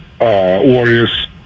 Warriors